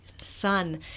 son